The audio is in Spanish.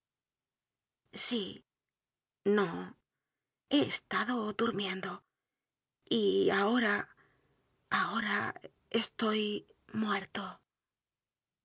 o he estado durmiendo y ahora ahora estoy muerto